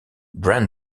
brent